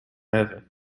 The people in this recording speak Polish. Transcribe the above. ewy